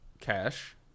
cash